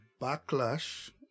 backlash